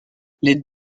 les